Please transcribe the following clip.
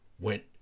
went